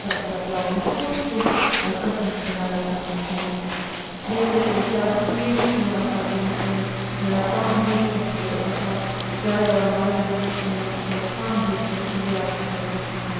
چھُ آسان ترٛاوُن تہٕ کُس کُس قٕسم چھُ لَگان سٲنِس سِنِس مَنٛز بیٚیہِ وُچھ اَسہِ زیادٕ ہیٖٹ چھُنہٕ آسان دِنۍ کٚینٛہہ کَم ہیٖٹہٕ پیٚٹھ چھُ آسان زیادٕ مَزٕ گژھان سِنِس تہٕ کم ہیٖٹہٕ پیٚٹھ چھُ زیادٕ اصٕل گَژھان